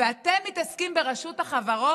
בלי פולחן אישיות,